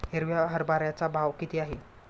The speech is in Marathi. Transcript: हिरव्या हरभऱ्याचा भाव किती आहे?